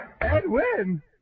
Edwin